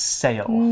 sale